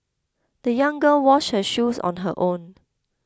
the young girl washed her shoes on her own